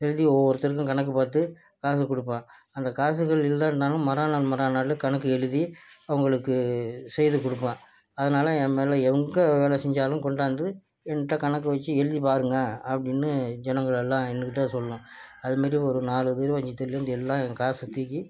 எழுதி ஒவ்வொருத்தருக்கும் கணக்கு பார்த்து காசு கொடுப்பேன் அந்த காசுகள் இல்லேன்னாலும் மறா நாளு மறா நாளு கணக்கு எழுதி அவங்களுக்கு செய்து கொடுப்பேன் அதனால் என் மேலே எங்கே வேலை செஞ்சாலும் கொண்டாந்து என்கிட்ட கணக்கு வச்சி எழுதிப் பாருங்கள் அப்படின்னு ஜெனங்கள் எல்லாம் என்னுக்கிட்ட சொல்லும் அதுமாரி ஒரு நாலு தெரு அஞ்சு தெருலேருந்து எல்லாம் என் காசை தூக்கி